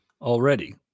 already